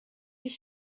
does